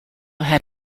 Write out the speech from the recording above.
had